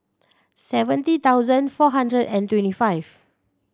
seventy thousand four hundred and twenty five